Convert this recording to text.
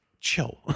chill